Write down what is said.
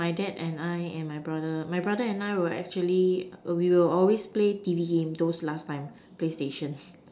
my dad and I and my brother my brother and I will actually we'll always play T_V game those last time play station